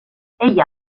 ella